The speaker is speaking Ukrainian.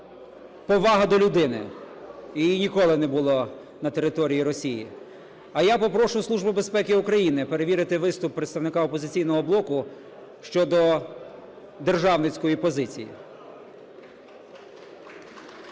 повага до людини, і її ніколи не було на території Росії. А я попрошу Службу безпеки України перевірити виступ представника "Опозиційного блоку" щодо державницької позиції.